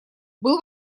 был